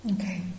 Okay